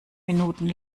minuten